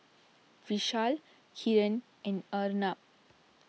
Vishal Kiran and Arnab